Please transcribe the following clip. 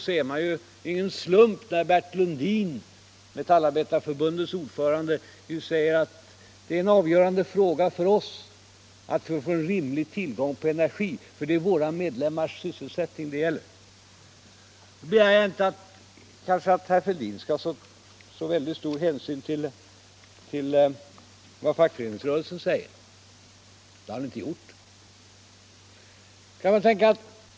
Det är ingen slump när Bert Lundin, Metallarbetareförbundets ordförande, säger att det är en avgörande fråga för oss att det finns en rimlig tillgång på energi för det är våra medlemmars sysselsättning det gäller. Nu begär jag inte att herr Fälldin skall ta så stor hänsyn till vad fackföreningsrörelsen säger och det har han inte heller gjort.